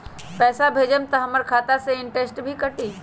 पैसा भेजम त हमर खाता से इनटेशट भी कटी?